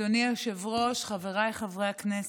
אדוני היושב-ראש, חבריי חברי הכנסת,